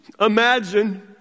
imagine